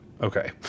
Okay